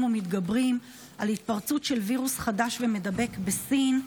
ומתגברים על התפרצות של וירוס חדש ומידבק בסין.